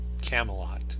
Camelot